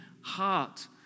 heart